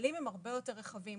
המעגלים הרבה יותר רחבים,